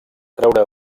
treure